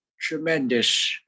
tremendous